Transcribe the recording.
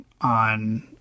on